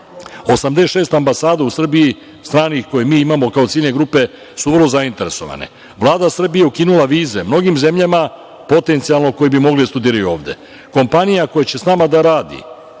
ambasada u Srbiji stranih koje mi imamo kao ciljne grupe su vrlo zainteresovane. Vlada Srbije je ukinula vize mnogim zemljama potencijalno koje bi mogle da studiraju ovde. Kompanija koja će s nama da radi